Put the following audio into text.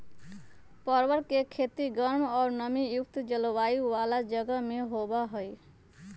परवल के खेती गर्म और नमी युक्त जलवायु वाला जगह में होबा हई